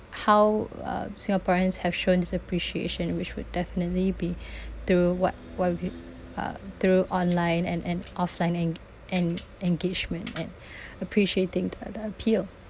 how uh singaporeans have shown this appreciation which would definitely be through what what wev~ uh through online and and offline eng~ en~ engagement and appreciating the the appeal